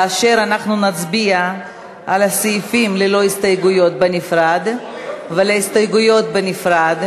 ואנחנו נצביע על הסעיפים ללא הסתייגויות בנפרד ועל ההסתייגויות בנפרד.